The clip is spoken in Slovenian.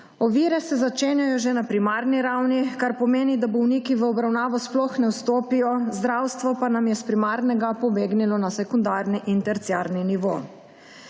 Ovire se začenjajo že na primarni ravni, kar pomeni, da bolniki v obravnavo sploh ne vstopijo, zdravstvo pa nam je s primarnega pobegnilo na sekundarni in terciarni nivo.